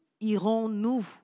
irons-nous